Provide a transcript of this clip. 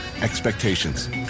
expectations